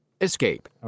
Escape